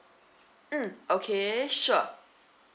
mm okay sure